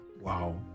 Wow